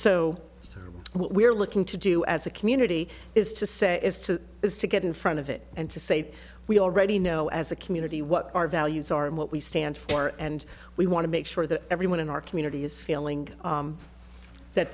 so we're looking to do as a community is to say is to is to get in front of it and to say we already know as a community what our values are and what we stand for and we want to make sure that everyone in our community is feeling that